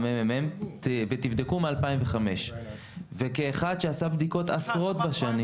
הכנסת ותבדקו מאז שנת 2005 וכאחד שעשה בדיקות עשרות בשנים.